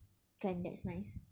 kan that's nice